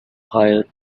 hire